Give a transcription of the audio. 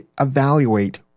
evaluate